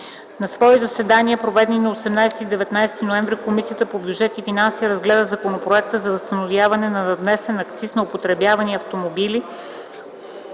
На свои заседания, проведени на 18 и 19 ноември 2010 г., Комисията по бюджет и финанси разгледа Законопроекта за възстановяване на надвнесен акциз за употребявани автомобили,